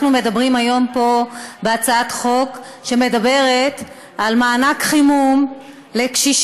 אנחנו מדברים היום פה בהצעת חוק שמדברת על מענק חימום לקשישים,